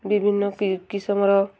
ବିଭିନ୍ନ କିସମର